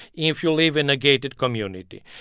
if you live in a gated community,